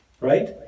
right